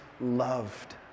loved